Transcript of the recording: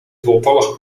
voltallig